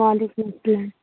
وعلیکم السلام